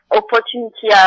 opportunity